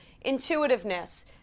intuitiveness